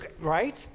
right